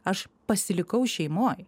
aš pasilikau šeimoj